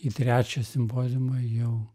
į trečią simpoziumą jau